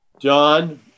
John